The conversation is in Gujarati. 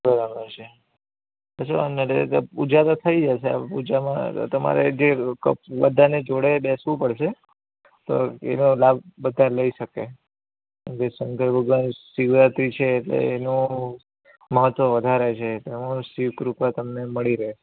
બરાબર છે કશો વાંધો નહીં એ તો પૂજા તો થઈ જશે પૂજામાં તમારે જે બધાને જોડે બેસવું પડશે તો એનો લાભ બધા લઈ શકે જે શંકર ભગવાન શિવરાત્રિ છે એટલે એનુ મહત્ત્વ વધારે છે એમાં શિવ કૃપા તમને મળી રહે